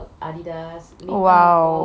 !wow!